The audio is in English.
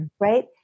right